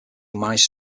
managed